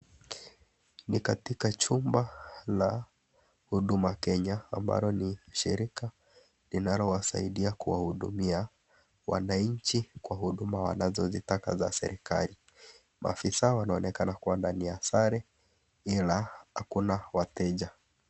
Ni katika chumba la huduma Kenya ambalo ni shirika linalowasaidia kuwahudumia wananchi kwa huduma wanazozitaka za serikali. Maafisa wanaonekana kuwa ndani ya sare ila hakuna wateja.